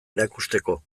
erakusteko